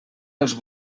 els